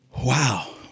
Wow